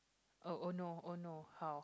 oh oh no oh no how